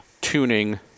tuning